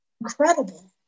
Incredible